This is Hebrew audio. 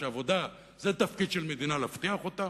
שעבודה זה תפקיד של מדינה להבטיח אותה,